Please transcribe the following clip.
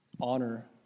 honor